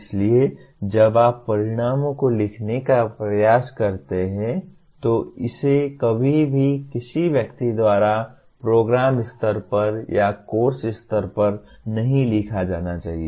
इसीलिए जब आप परिणामों को लिखने का प्रयास करते हैं तो इसे कभी भी किसी व्यक्ति द्वारा प्रोग्राम स्तर पर या कोर्स स्तर पर नहीं लिखा जाना चाहिए